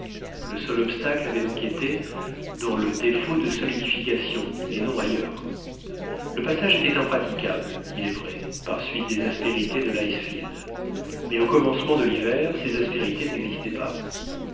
le seul obstacle avait donc été dans le défaut de solidification et non ailleurs le passage était impraticable il est vrai par suite des aspérités de l'icefield mais au commencement de l'hiver ces aspérités n'existaient pas